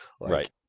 Right